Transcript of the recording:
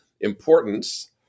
importance